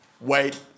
wait